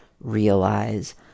realize